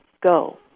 go